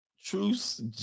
Truce